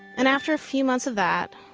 and after a few months of that,